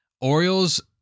Orioles